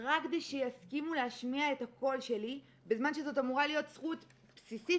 רק כדי שיסכימו להשמיע את הקול שלי בזמן שזאת אמורה להיות זכות בסיסי,